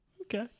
okay